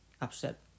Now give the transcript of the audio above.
upset